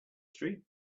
street